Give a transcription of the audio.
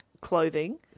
clothing